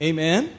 Amen